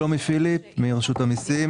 שלומי פיליפ מרשות המיסים.